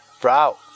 brow